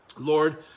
Lord